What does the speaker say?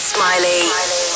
Smiley